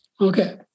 Okay